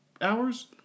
hours